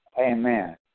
Amen